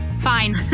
fine